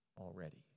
already